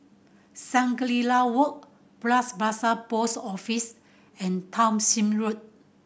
Shangri La Walk Bras Basah Post Office and Townshend Road